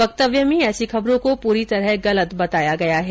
वक्तव्य में ऐसी खबरों को पूरी तरह गलत बताया गया है